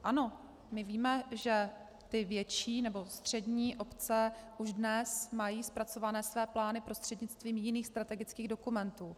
Ano, my víme, že větší nebo střední obce už dnes mají zpracované své plány prostřednictvím jiných strategických dokumentů.